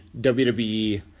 WWE